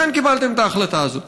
לכן קיבלתם את ההחלטה הזאת.